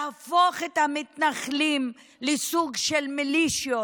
להפוך את המתנחלים לסוג של מליציות,